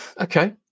Okay